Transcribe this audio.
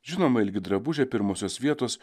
žinoma ilgi drabužiai pirmosios vietos